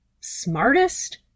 smartest